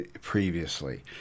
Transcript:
previously